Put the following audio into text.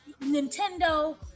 Nintendo